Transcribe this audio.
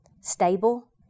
stable